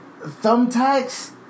thumbtacks